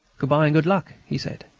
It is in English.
good-bye and good luck! he said.